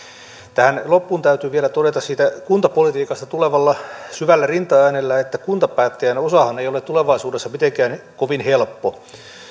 tähän loppuun täytyy vielä todeta siitä kuntapolitiikasta tulevalla syvällä rintaäänellä että kuntapäättäjän osahan ei ole tulevaisuudessa mitenkään kovin helppo